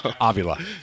Avila